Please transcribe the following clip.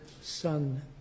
son